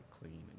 clean